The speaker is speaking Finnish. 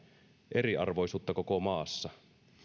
eriarvoisuutta koko maassa